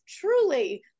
truly